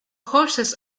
hoses